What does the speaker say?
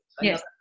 yes